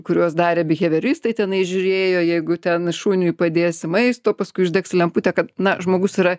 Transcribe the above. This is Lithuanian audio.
kuriuos darė bihevioristai tenai žiūrėjo jeigu ten šuniui padėsi maisto paskui uždegsi lemputę kad na žmogus yra